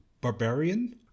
barbarian